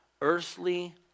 earthly